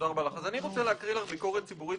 אני רוצה להקריא לך ביקורת ציבורית